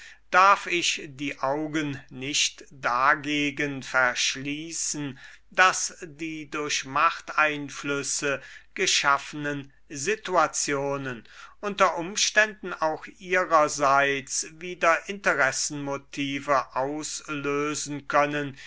darf ich die augen nicht dagegen verschließen daß die durch machteinflüsse geschaffenen situationen unter umständen auch ihrerseits wieder interessenmotive auslösen können